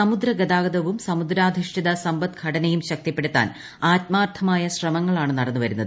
സമുദ്രഗതാഗതവും സമുദ്രാധിഷ്ഠിത സമ്പദ്ഘടനയും ശക്തിപ്പെടുത്താൻ ആത്മാർത്ഥമായ ശ്രമങ്ങളാണ് നടന്നുവരുന്നത്